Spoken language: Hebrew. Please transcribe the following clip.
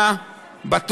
אבל,